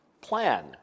plan